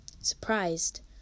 surprised